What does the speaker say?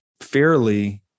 fairly